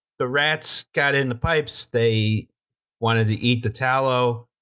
the rats got in the pipes, they wanted to eat the tallow,